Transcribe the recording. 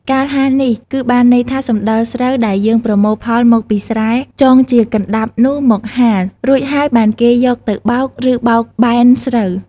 កាលហាលនេះ គឺបានន័យថាសំដិលស្រូវដែលយើងប្រមូលផលមកពីស្រែចងជាកណ្តាប់នោះមកហាល រួចហើយបានគេយកទៅបោក ឬបោកបែនស្រូវ។